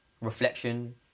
reflection